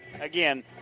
again